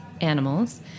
animals